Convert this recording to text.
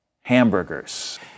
hamburgers